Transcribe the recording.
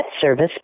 service